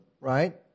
right